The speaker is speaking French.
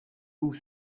loup